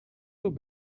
would